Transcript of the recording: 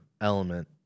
element